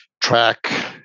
track